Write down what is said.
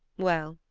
well,